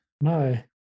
no